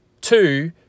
two